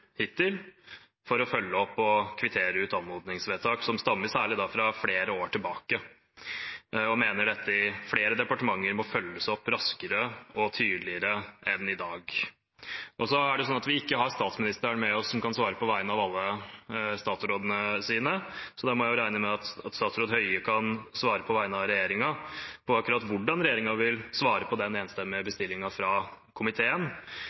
hittil for å følge opp og kvittere ut anmodningsvedtak, særlig de som stammer fra flere år tilbake, og mener dette i flere departementer må følges opp raskere og tydeligere enn i dag. Vi har ikke statsministeren med oss, som kan svare på vegne av alle statsrådene sine, så da må jeg regne med at statsråd Høie kan svare på vegne av regjeringen på akkurat hvordan regjeringen vil svare på den enstemmige bestillingen fra komiteen,